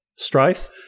strife